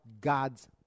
God's